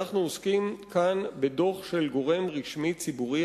אנחנו עוסקים כאן בדוח של גורם רשמי ציבורי,